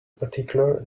particular